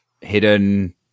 hidden